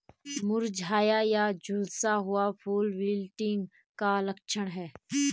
मुरझाया या झुलसा हुआ फूल विल्टिंग का लक्षण है